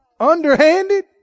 underhanded